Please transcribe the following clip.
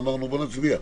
בוא נצביע.